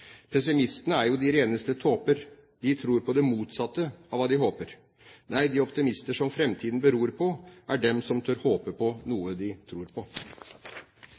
er dog de reneste tåber – de tror på det modsatte af hva de håber. Nej, de optimister, som livet beror på, er dem, som tør håbe på noget, de tror på.»